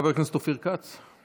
חבר הכנסת אופיר כץ.